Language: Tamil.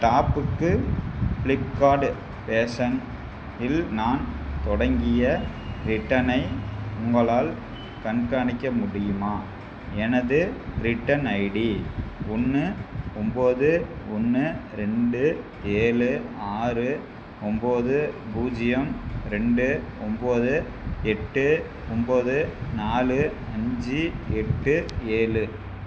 டாப்புக்கு ப்ளிப்கார்டு ஃபேஷன் இல் நான் தொடங்கிய ரிட்டனை உங்களால் கண்காணிக்க முடியுமா எனது ரிட்டன் ஐடி ஒன்று ஒன்பது ஒன்று ரெண்டு ஏழு ஆறு ஒன்போது பூஜ்ஜியம் ரெண்டு ஒன்போது எட்டு ஒன்போது நாலு அஞ்சு எட்டு ஏழு